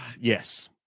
Yes